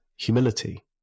humility